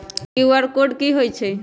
QR code कि हई छई?